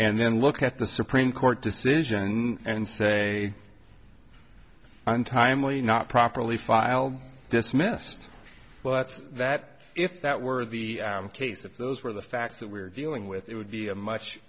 and then look at the supreme court decision and say untimely not properly filed dismissed well that's that if that were the case if those were the facts that we're dealing with it would be a much